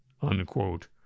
Unquote